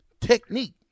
Technique